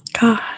God